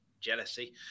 jealousy